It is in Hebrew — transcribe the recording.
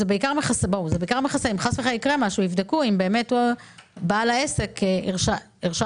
אם יקרה משהו, יבדקו אם בעל העסק הרשה